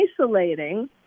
isolating